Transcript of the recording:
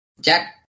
Jack